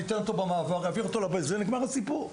אתן אותו במעבר ואעביר אותו ונגמר הסיפור.